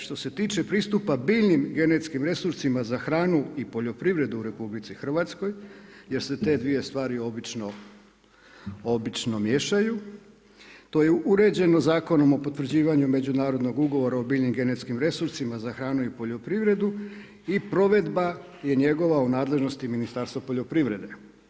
Što se tiče pristupa biljnim genetskim resursima za hranu i poljoprivredu u RH jer se te dvije stvari obično miješaju, to je uređenom Zakonom o potvrđivanju međunarodnog ugovora o biljnim genetskim resursima za hranu i poljoprivredu i provedba je njegova u nadležnosti Ministarstva poljoprivrede.